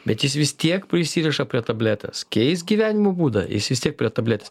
bet jis vis tiek prisiriša prie tabletės keisk gyvenimo būdą jis vis tiek prie tabletės